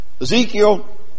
Ezekiel